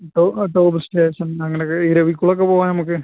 ഇപ്പോൾ ആ tourist station ഞങ്ങൾ ഇരവികുളം ഒക്കെ പോവാം നമുക്ക്